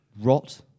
Rot